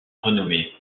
renommée